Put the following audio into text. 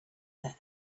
their